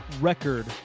record